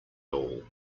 all